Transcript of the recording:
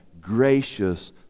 gracious